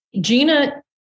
Gina